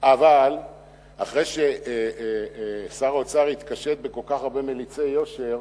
אבל אחרי ששר האוצר התקשט בכל כך הרבה מליצי יושר,